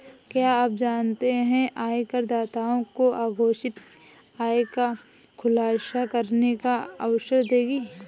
क्या आप जानते है आयकरदाताओं को अघोषित आय का खुलासा करने का अवसर देगी?